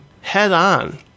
head-on